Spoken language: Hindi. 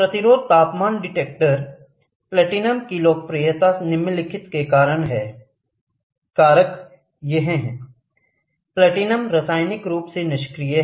प्रतिरोध तापमान डिटेक्टर प्लैटिनम की लोकप्रियता निम्नलिखित के कारण है कारकों 1 प्लेटिनम रासायनिक रूप से निष्क्रिय है